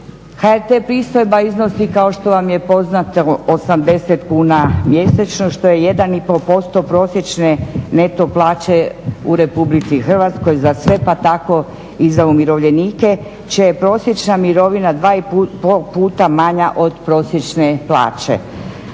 HRT pristojba iznosi kao što vam je poznato 80 kuna mjesečno što je 1,5% prosječne neto plaće u RH za sve pa tako i za umirovljenike čija je prosječna mirovina 2,5 puta manja od prosječne plaće.